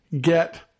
get